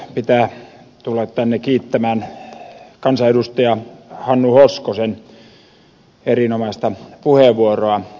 pitää tulla tänne kiittämään kansanedustaja hannu hoskosen erinomaista puheenvuoroa